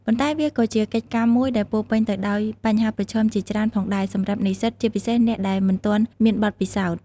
ប៉ុន្តែវាក៏ជាកិច្ចការមួយដែលពោរពេញទៅដោយបញ្ហាប្រឈមជាច្រើនផងដែរសម្រាប់និស្សិត ជាពិសេសអ្នកដែលមិនទាន់មានបទពិសោធន៍។